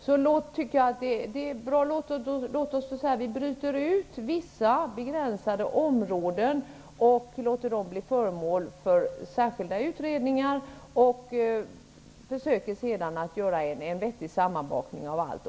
Låt oss då bryta ut vissa begränsade områden och göra dem till föremål för särskilda utredningar, och låt oss sedan försöka göra en vettig sammanbakning av allt.